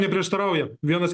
neprieštarauja vienas